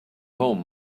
home